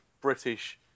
British